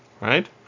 right